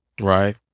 Right